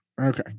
Okay